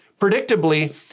predictably